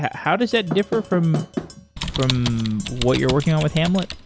how does that differ from from what you're working on with ham let?